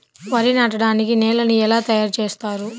వరి నాటడానికి నేలను ఎలా తయారు చేస్తారు?